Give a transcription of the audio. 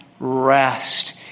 rest